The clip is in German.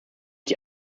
die